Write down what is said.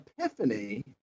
epiphany